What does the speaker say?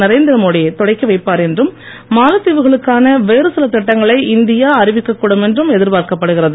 நரேந்திரமோடி தொடக்கி வைப்பார் என்றும் மாலத்தீவுகளுக்கான வேறு சில திட்டங்களை இந்தியா அறிவிக்கக்கூடும் என்றும் எதிர்பார்க்கப்படுகிறது